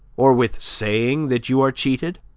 or with saying that you are cheated,